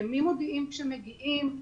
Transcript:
למי מודיעים כשמגיעים.